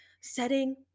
Setting